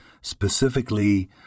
specifically